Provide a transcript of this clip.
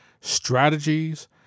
strategies